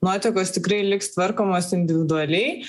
nuotekos tikrai liks tvarkomos individualiai